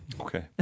Okay